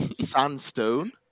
sandstone